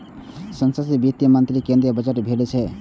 संसद मे वित्त मंत्री केंद्रीय बजट पेश करै छै